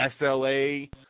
SLA